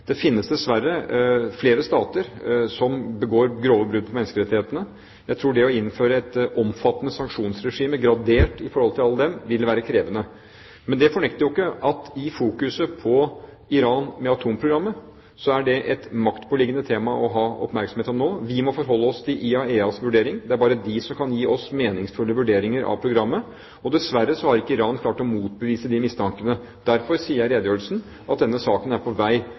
Det finnes, dessverre, flere stater som begår grove brudd på menneskerettighetene. Jeg tror at det å innføre et omfattende sanksjonsregime gradert i forhold til alle dem, vil være krevende. Men det fornekter jo ikke, med fokus på Iran og atomprogrammet, at det er et maktpåliggende tema å ha oppmerksomhet om nå. Vi må forholde oss til IAEAs vurdering. Det er bare de som kan gi oss meningsfulle vurderinger av programmet – og dessverre har ikke Iran klart å motbevise disse mistankene. Derfor sier jeg i redegjørelsen at denne saken er på vei